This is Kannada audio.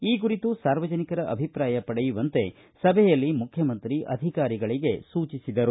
ಈ ಕುರಿತು ಸಾರ್ವಜನಿಕರ ಅಭಿಪ್ರಾಯ ಪಡೆಯುವಂತೆ ಸಭೆಯಲ್ಲಿ ಅಧಿಕಾರಿಗಳಿಗೆ ಸೂಚಿಸಿದರು